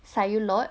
sayur lodeh